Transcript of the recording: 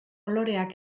loreak